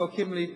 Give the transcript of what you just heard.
וצועקים לי,